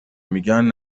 میگن